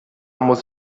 muss